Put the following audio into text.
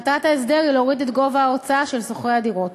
מטרת ההסדר היא להוריד את גובה ההוצאה של שוכרי הדירות.